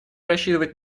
рассчитывать